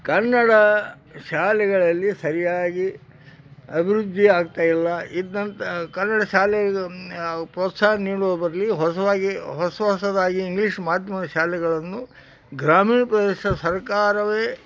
ಕನ್ನಡ ಶಾಲೆಗಳಲ್ಲಿ ಸರಿಯಾಗಿ ಅಭಿವೃದ್ಧಿಯಾಗ್ತಾ ಇಲ್ಲ ಇದ್ದಂಥ ಕನ್ನಡ ಶಾಲೆಗೆ ಪ್ರೋತ್ಸಾಹ ನೀಡುವ ಬದಲಿಗೆ ಹೊಸದಾಗಿ ಹೊಸ ಹೊಸದಾಗಿ ಇಂಗ್ಲೀಷ್ ಮಾಧ್ಯಮದ ಶಾಲೆಗಳನ್ನು ಗ್ರಾಮೀಣ ಪ್ರದೇಶದ ಸರಕಾರವೇ